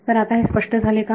तर आता हे स्पष्ट झाले का